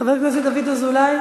חבר הכנסת דוד אזולאי,